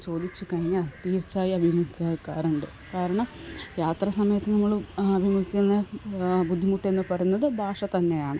ചോദിച്ച് കഴിഞ്ഞാൽ തീർച്ചയായും അഭിമുഖീകരിക്കാറുണ്ട് കാരണം യാത്രാസമയത്ത് നമ്മള് ആഭിമുഖിക്കുന്ന ബുദ്ധിമുട്ട് എന്ന് പറയുന്നത് ഭാഷ തന്നെയാണ്